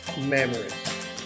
memories